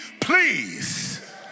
please